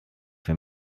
für